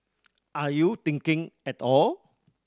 are you thinking at all